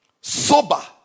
sober